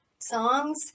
songs